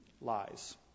lies